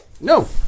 No